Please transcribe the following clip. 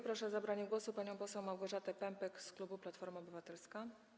Proszę o zabranie głosu panią poseł Małgorzatę Pępek z klubu Platforma Obywatelska.